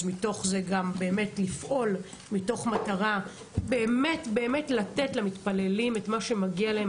אז מתוך זה לפעול מתוך מטרה באמת לתת למתפללים את מה שמגיע להם,